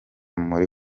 muri